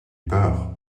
peur